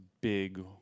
big